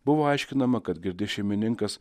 buvo aiškinama kad girdi šeimininkas